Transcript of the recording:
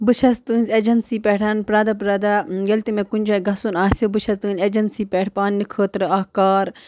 بہٕ چھَس تٕہٕنٛز اٮ۪جَنسی پٮَ۪ٹھ پرٛٮ۪تھ دۄہ پرٛٮ۪تھ دۄہ ییٚلہِ تہِ مےٚ کُنہِ جایہِ گژھُن آسہِ بہٕ چھَس تُہٕنٛدِ اٮ۪جَنسی پٮ۪ٹھ پنٛنہِ خٲطرٕ اَکھ کار